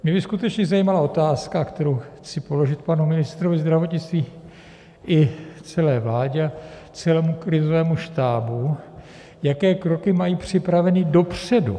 Mě by skutečně zajímala otázka, kterou chci položit panu ministrovi zdravotnictví, celé vládě i celému krizovému štábu, jaké kroky mají připraveny dopředu.